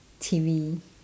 T_V